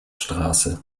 straße